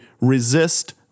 resist